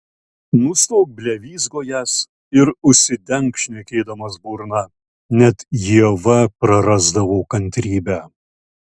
nustok blevyzgojęs ir užsidenk šnekėdamas burną net ieva prarasdavo kantrybę